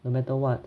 no matter what